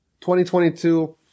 2022